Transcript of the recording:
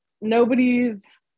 nobody's